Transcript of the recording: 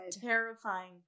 terrifying